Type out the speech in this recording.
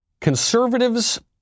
Conservatives